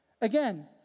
Again